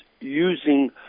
using